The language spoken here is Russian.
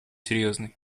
серьезной